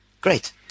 Great